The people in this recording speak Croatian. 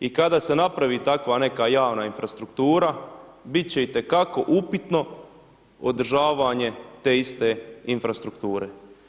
I kada se napravi takva neka javna infrastruktura, bit će itekako upitno održavanje te iste infrastrukture.